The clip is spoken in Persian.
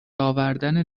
آوردن